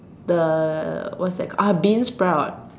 the what's that called ah beansprout